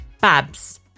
Babs